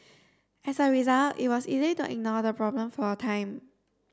as a result it was easy to ignore the problem for a time